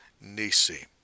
Nisi